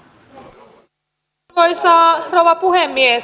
arvoisa rouva puhemies